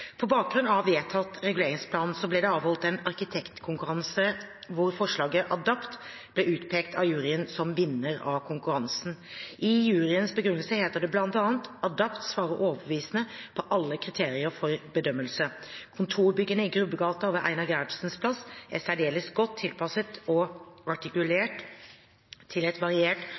På bakgrunn av vedtatt reguleringsplan ble det avholdt en arkitektkonkurranse der forslaget «Adapt» ble utpekt av juryen som vinner av konkurransen. I juryens begrunnelse heter det bl.a.: «Adapt» svarer overbevisende på alle kriteriene for bedømmelse. Kontorbyggene i Grubbegata og ved Einar Gerhardsens plass er særdeles godt tilpasset og artikulert til et variert